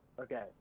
Okay